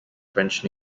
french